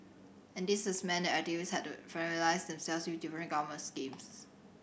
and this has meant that activist had to familiarise themself with different government schemes